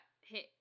hit